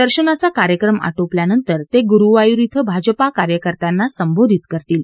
दर्शनाचा कार्यक्रम आटोपल्यानंतर ते गुरुवायूर कें भाजपा कार्यकर्त्याना संबोधित करतील